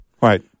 Right